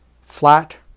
Flat